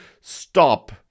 stop